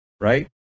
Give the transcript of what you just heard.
right